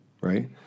right